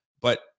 but-